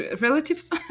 relatives